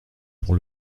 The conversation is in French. pour